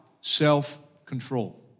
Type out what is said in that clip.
self-control